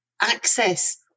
access